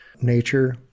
nature